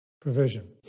provision